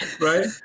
right